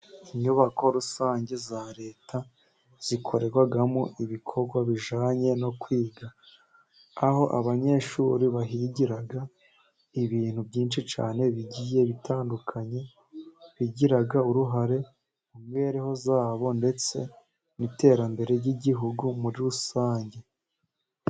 Inyubako rusange za leta zikorerwagamo ibikorwa bijyanye no kwiga, aho abanyeshuri bahigira ibintu byinshi cyane bigiye bitandukanye, bigira uruhare mu mibereho yabo ndetse n'iterambere ry'igihugu muri rusange.